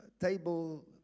Table